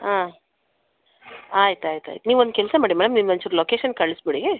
ಹಾಂ ಆಯ್ತು ಆಯ್ತು ಆಯ್ತು ನೀವು ಒಂದು ಕೆಲಸ ಮಾಡಿ ಮೇಡಮ್ ನಿಮ್ದು ಒಂಚೂರು ಲೊಕೇಶನ್ ಕಳ್ಸಿ ಬಿಡಿ